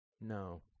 No